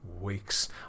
weeks